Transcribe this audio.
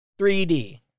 3D